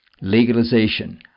legalization